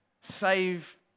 save